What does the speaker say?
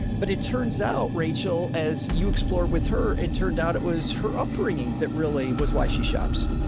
but it turns out rachel, as you explore with her, it turned out it was her upbringing. that really was why she shops.